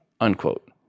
Unquote